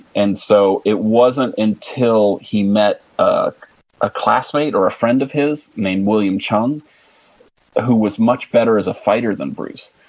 and so it wasn't until he met ah a classmate or a friend of his names william cheung who was much better as a fight than bruce.